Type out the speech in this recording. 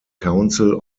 council